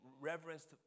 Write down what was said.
reverenced